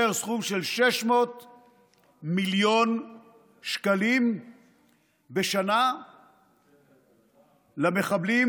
סכום של 600 מיליון שקלים בשנה למחבלים